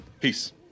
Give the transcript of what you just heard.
Peace